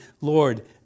Lord